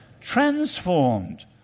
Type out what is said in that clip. transformed